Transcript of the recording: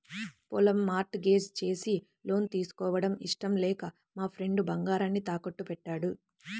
పొలం mortgage చేసి loan తీసుకోవడం ఇష్టం లేక మా ఫ్రెండు బంగారాన్ని తాకట్టుబెట్టాడు